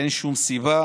אין שום סיבה